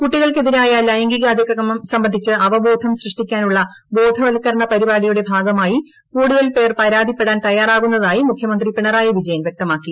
കുട്ടികൾക്കെതിരായ ലൈംഗികാതിക്രമം സംബന്ധിച്ച് അവബോധം സൃഷ്ടിക്കാനുള്ള ബോധവൽക്കരണ പരിപാടിയുടെ ഭാഗമായി കൂടുതൽ പേർ പരാതിപ്പെടാൻ തയ്യാറാകുന്നതായി മുഖ്യമന്ത്രി പിണറായി വിജയൻ വ്യക്തമാക്കി